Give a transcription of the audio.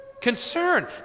Concern